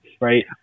Right